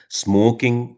smoking